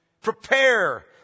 Prepare